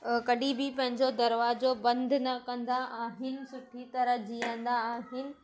कॾहिं बि पंहिंजो दरवाज़ो बंदि न कंदा आहिनि सुठी तरह जीअंदा आहिनि